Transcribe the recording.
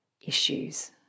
issues